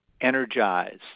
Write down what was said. energize